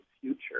future